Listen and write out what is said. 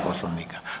Poslovnika.